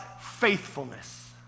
faithfulness